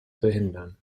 verhindern